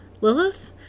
Lilith